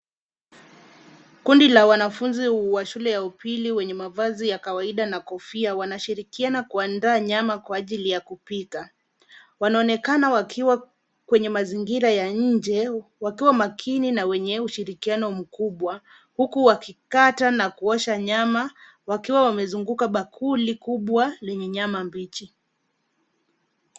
Kundi la wanafunzi wa shule ya upili wenye mavazi ya kawaida na kofia wanashirikiana kuandaa nyama kwa ajili ya kupika. Wanaonekana wakiwa kwenye mazingira ya nje, wakiwa makini na wenye ushirikiano mkubwa huku wakikata na kuosha nyama wakiwa wamezunguka bakuli kubwa lenye nyama mbichi.